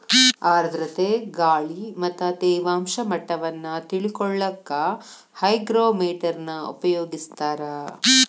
ಆರ್ಧ್ರತೆ ಗಾಳಿ ಮತ್ತ ತೇವಾಂಶ ಮಟ್ಟವನ್ನ ತಿಳಿಕೊಳ್ಳಕ್ಕ ಹೈಗ್ರೋಮೇಟರ್ ನ ಉಪಯೋಗಿಸ್ತಾರ